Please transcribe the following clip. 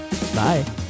Bye